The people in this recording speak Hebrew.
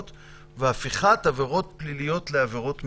והפיכת עבירות פליליות לעבירות מינהליות.